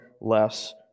less